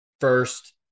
first